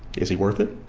is he worth it?